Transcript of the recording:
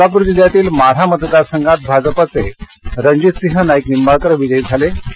सोलापूर जिल्ह्यातिल माढा मतदारसंघात भाजपाचे रणजीतसिंह नाईक निंबाळकर विजयी झाले आहेत